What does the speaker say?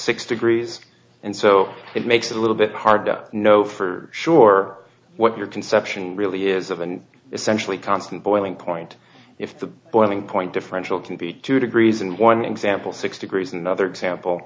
six degrees and so it makes a little bit harder know for sure what your conception really is of and essentially constant boiling point the boiling point differential can be two degrees in one example six degrees another example